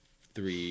three